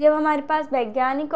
जो हमारे पास वैज्ञानिक